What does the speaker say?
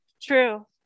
true